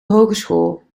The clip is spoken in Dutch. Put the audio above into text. hogeschool